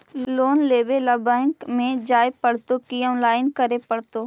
Loan लेवे ल bank में जाय पड़तै कि औनलाइन करे पड़तै?